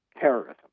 terrorism